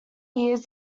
years